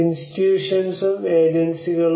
ഇന്സ്ടിട്യൂഷൻസും ഏജൻസികളും